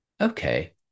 okay